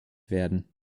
werden